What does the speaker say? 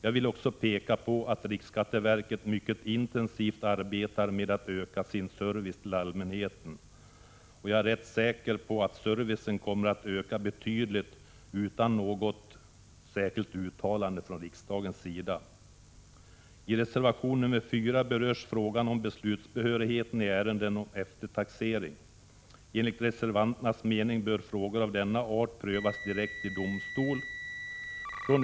Jag vill också peka på att riksskatteverket mycket intensivt arbetar med att öka sin service till allmänheten. Jag är rätt säker på att servicen kommer att öka betydligt utan något särskilt uttalande från riksdagens sida. I reservation nr 4 berörs frågan om beslutsbehörigheten i ärenden om eftertaxering. Enligt reservanternas mening bör frågor av denna art prövas direkt i domstol.